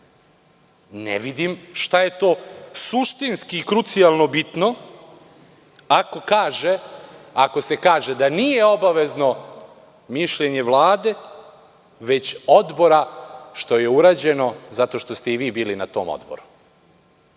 Ne vidim šta je to suštinski i krucijalno bitno ako se kaže da nije obavezno mišljenje Vlade već odbora, što je urađeno. Bili ste na tom odboru. Meni